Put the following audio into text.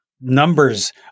numbers